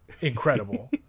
incredible